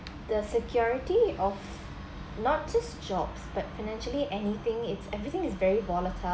the security of not just jobs but financially anything it's everything is very volatile